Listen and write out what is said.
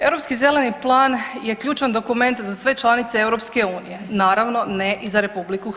Europski zeleni plan je ključan dokument za sve članice EU, naravno ne i za RH.